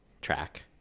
track